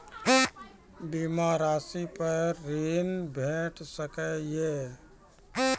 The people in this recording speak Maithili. बीमा रासि पर ॠण भेट सकै ये?